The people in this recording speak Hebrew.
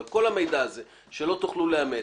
אבל כל המידע הזה שלא תוכלו לאמת,